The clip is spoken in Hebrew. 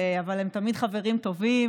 אבל הם תמיד חברים טובים